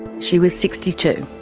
she was sixty two.